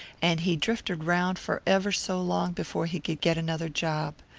and he drifted round for ever so long before he could get another job.